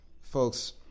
folks